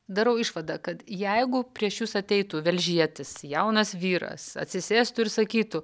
darau išvadą kad jeigu prieš jus ateitų velžietis jaunas vyras atsisėstų ir sakytų